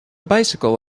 bicycle